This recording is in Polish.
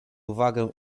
uwagę